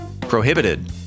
prohibited